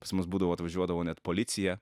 pas mus būdavo atvažiuodavo net policija